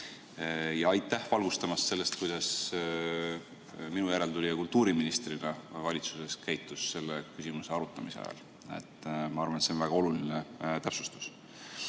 Ja aitäh valgustamast, kuidas minu järeltulija kultuuriministrina valitsuses käitus selle küsimuse arutamise ajal. Ma arvan, et see on väga oluline täpsustus.